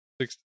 six